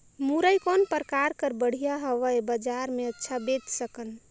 मुरई कौन प्रकार कर बढ़िया हवय? बजार मे अच्छा बेच सकन